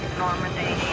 normandie.